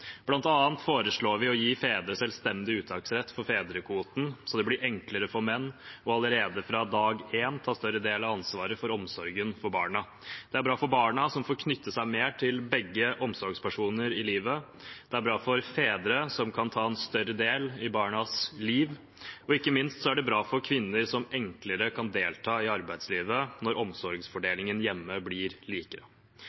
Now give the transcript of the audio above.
foreslår vi å gi fedre selvstendig uttaksrett for fedrekvoten, slik at det blir enklere for menn allerede fra dag én å ta en større del av ansvaret for omsorgen for barna. Det er bra for barna, som får knytte seg mer til begge omsorgspersonene i livet, det er bra for fedrene, som kan få ta større del i barnas liv, og ikke minst er det bra for kvinnene, som enklere kan delta i arbeidslivet når